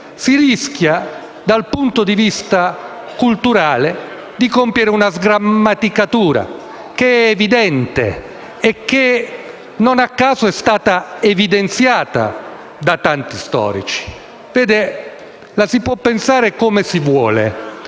si rischia, dal punto di vista culturale, di compiere una sgrammaticatura che è evidente e che, non a caso, è stata sottolineata da tanti storici. La si può pensare come si vuole,